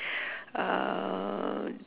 uh